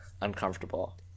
uncomfortable